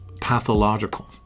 pathological